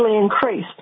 increased